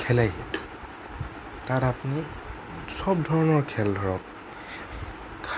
খেলেহি তাত আপুনি চব ধৰণৰ খেল ধৰক